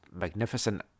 magnificent